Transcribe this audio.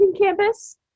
campus